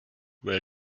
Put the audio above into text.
where